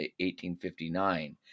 1859